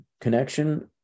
connection